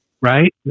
right